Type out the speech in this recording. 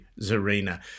Zarina